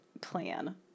plan